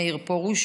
מאיר פרוש,